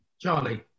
Charlie